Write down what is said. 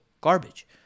garbage